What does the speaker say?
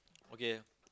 okay